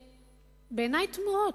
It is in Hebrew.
שבעיני הן תמוהות.